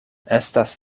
estas